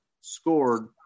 scored